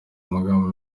magambo